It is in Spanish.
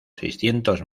seiscientos